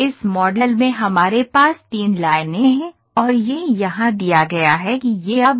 इस मॉडल में हमारे पास तीन लाइनें हैं और यह यहाँ दिया गया है कि यह अब है